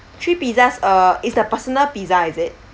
three pizzas uh it's the personal pizza is it